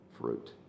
fruit